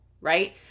right